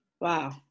Wow